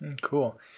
cool